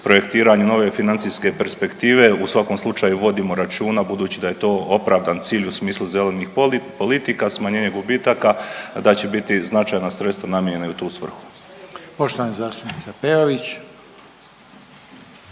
projektiranju nove financijske perspektive u svakom slučaju vodimo računa budući da je to opravdan cilj u smislu zelenih politika, smanjenje gubitaka, da će biti značajna sredstva namijenjena i u tu svrhu. **Reiner, Željko